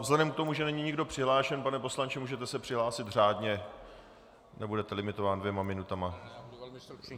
Vzhledem k tomu, že není nikdo přihlášen, pane poslanče, můžete se přihlásit řádně, nebudete limitován dvěma minutami